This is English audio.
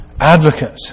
advocate